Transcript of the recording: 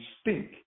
stink